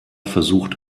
versucht